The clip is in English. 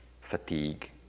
fatigue